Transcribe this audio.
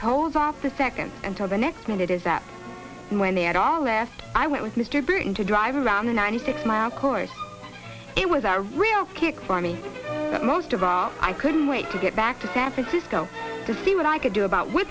told off the second until the next minute is that when they had all left i went with mr burton to drive around the ninety six mile course it was a real kick for me but most of all i couldn't wait to get back to san francisco to see what i could do about